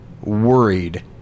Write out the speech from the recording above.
worried